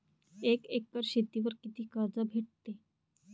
एक एकर शेतीवर किती पीक कर्ज भेटते?